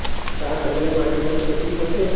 का करिया माटी म खेती होथे?